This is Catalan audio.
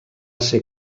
ser